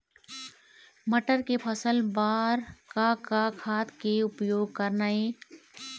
मटर के फसल बर का का खाद के उपयोग करना ये?